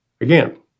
Again